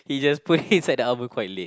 he just put it inside the oven quite late